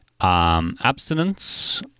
abstinence